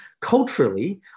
culturally